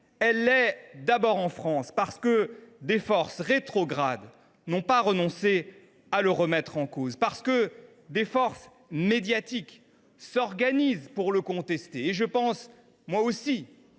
Elle l’est, d’abord, en France, parce que des forces rétrogrades n’ont pas renoncé à la remettre en cause et parce que des forces médiatiques s’organisent pour la contester. Je pense moi aussi